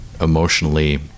emotionally